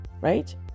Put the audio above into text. right